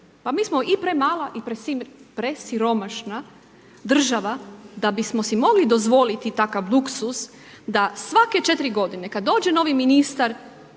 pa mi smo i premala i presiromašna država da bismo si mogli dozvoliti takav luksuz da svake 4 godine kad dođe novi ministar,